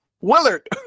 Willard